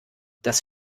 das